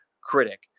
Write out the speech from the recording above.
critic